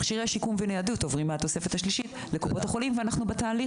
מ כשיור שיקום וניידות עוברים לקופות החולים ואנחנו בתוך זה.